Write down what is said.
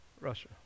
Russia